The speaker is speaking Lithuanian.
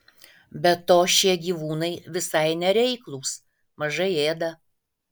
be to šie gyvūnai visai nereiklūs mažai ėda